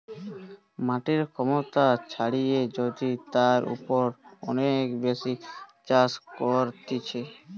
মাটির ক্ষমতা ছাড়িয়ে যদি তার উপর অনেক বেশি চাষ করতিছে